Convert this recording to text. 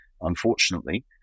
unfortunately